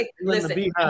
listen